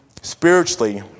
spiritually